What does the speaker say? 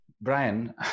Brian